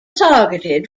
targeted